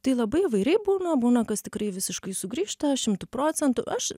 tai labai įvairiai būna būna kas tikrai visiškai sugrįžta šimtu procentų aš